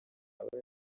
aba